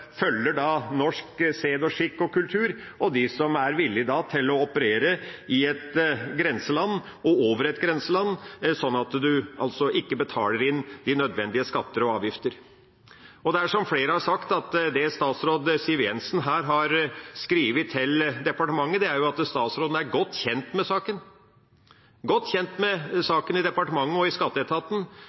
følger norsk sed og skikk og kultur, og dem som er villige til å operere i et grenseland, og ut over et grenseland, sånn at man ikke betaler inn de nødvendige skatter og avgifter. Som flere har sagt: Det statsråd Siv Jensen her har skrevet til Riksrevisjonen, er at statsråden er godt kjent med saken. De er godt kjent med saken i departementet og i skatteetaten,